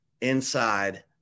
inside